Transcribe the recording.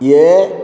A